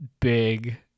big